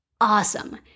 Awesome